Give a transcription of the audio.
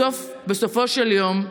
בסופו של יום,